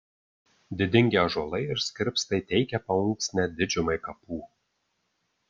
didingi ąžuolai ir skirpstai teikė paunksnę didžiumai kapų